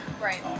Right